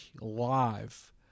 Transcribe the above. live